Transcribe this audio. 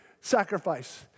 sacrifice